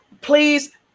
please